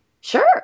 Sure